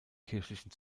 kirchlichen